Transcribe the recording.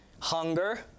Hunger